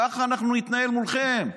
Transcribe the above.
ככה אנחנו נתנהל מולכם,